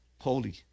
holy